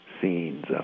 scenes